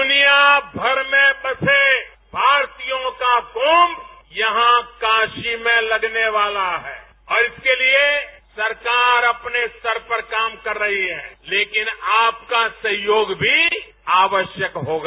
दुनिया भर में बसे भारतीयों का कुम्म यहां काशी में लगने वाला है और इसके लिए सरकार अपने स्तर पर काम कर रही है लेकिन आपका सहयोग भी आवश्यक होगा